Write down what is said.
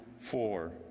four